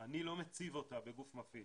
אני לא מציב אותה בגוף מפעיל.